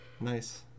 Nice